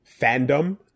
fandom